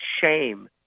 shame